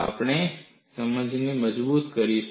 આપણે આપણી સમજને મજબૂત કરીશું